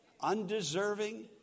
Undeserving